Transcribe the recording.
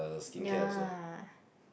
ya